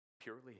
Purely